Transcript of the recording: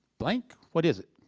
blank? what is it?